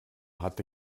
hatte